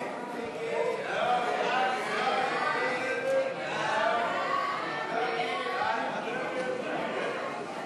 הצעת ועדת הכנסת בדבר חלוקה ופיצול של הצעת חוק ההתייעלות הכלכלית